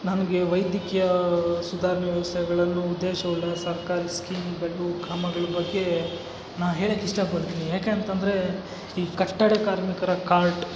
ನನಗೆ ವೈದ್ಯಕೀಯಾ ಸುಧಾರ್ಣೆ ವ್ಯವಸ್ಥೆಗಳನ್ನು ಉದ್ದೇಶ ಉಳ್ಳ ಸರ್ಕಾರಿ ಸ್ಕೀಮುಗಳು ಕ್ರಮಗಳ ಬಗ್ಗೇ ನಾ ಹೇಳೋಕ್ ಇಷ್ಟಪಡ್ತೀನಿ ಯಾಕೆ ಅಂತಂದರೆ ಈ ಕಟ್ಟಡ ಕಾರ್ಮಿಕರ ಕಾರ್ಟ್